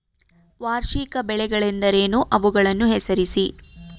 ವಾರ್ಷಿಕ ಬೆಳೆಗಳೆಂದರೇನು? ಅವುಗಳನ್ನು ಹೆಸರಿಸಿ?